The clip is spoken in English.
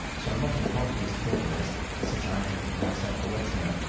so i'm not an apologist for the west since i am myself a westerner.